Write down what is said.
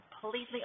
completely